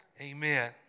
Amen